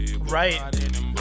Right